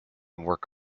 work